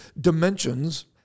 dimensions